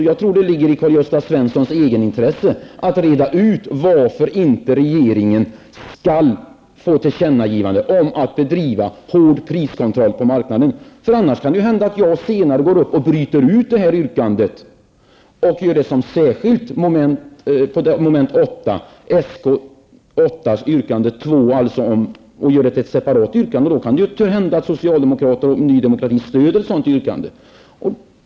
Jag tror att det ligger i Karl-Gösta Svensons egenintresse att reda ut varför regeringen inte skall få tillkännagivande om att bedriva hård priskontroll på marknaden. Annars kan det hända att jag senare bryter ut yrkandet från mom. 8 och gör det till ett separat yrkande. Då kan det hända att socialdemokraterna och Ny Demokrati stöder ett sådant yrkande.